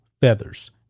feathers